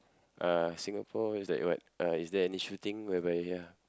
uh Singapore is like what uh is there any shooting whereby ya